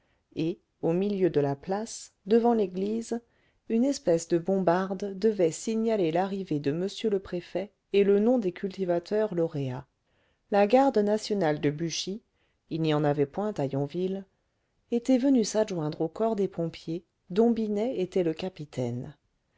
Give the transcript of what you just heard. et au milieu de la place devant l'église une espèce de bombarde devait signaler l'arrivée de m le préfet et le nom des cultivateurs lauréats la garde nationale de buchy il n'y en avait point à yonville était venue s'adjoindre au corps des pompiers dont binet était le capitaine